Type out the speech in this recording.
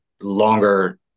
longer